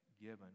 given